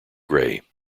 gray